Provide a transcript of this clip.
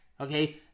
Okay